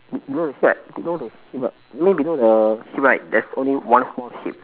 be~ below the sheep right below the sheep ah you mean below the sheep right there's only one small sheep